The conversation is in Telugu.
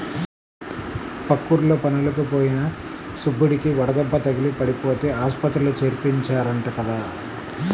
పక్కూర్లో పనులకి పోయిన సుబ్బడికి వడదెబ్బ తగిలి పడిపోతే ఆస్పత్రిలో చేర్చారంట కదా